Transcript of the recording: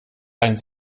einen